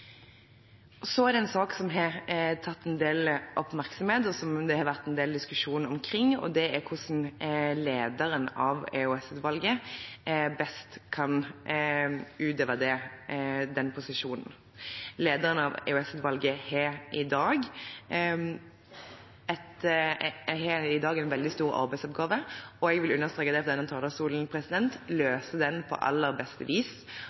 Så er det en sak som har fått en del oppmerksomhet, og som det har vært en del diskusjon omkring, og det er hvordan lederen av EOS-utvalget best kan utøve den posisjonen. Lederen av EOS-utvalget har i dag en veldig stor arbeidsoppgave, og jeg vil understreke fra denne talerstolen at vedkommende løser den på aller beste vis.